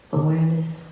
awareness